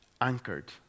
anchored